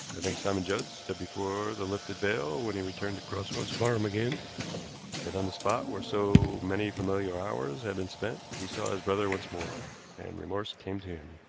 i think simon judd stood before the lifted veil when he returned to cross roads farm again that on the spot where so many familiar hours had been spent he saw his brother once more, and remorse came to him.